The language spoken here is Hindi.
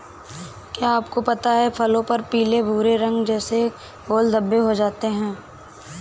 क्या आपको पता है फलों पर पीले भूरे रंग जैसे गोल धब्बे हो जाते हैं?